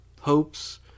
hopes